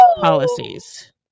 policies